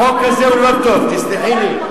החוק הזה הוא לא טוב, תסלחי לי.